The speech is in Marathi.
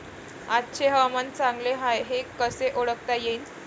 आजचे हवामान चांगले हाये हे कसे ओळखता येईन?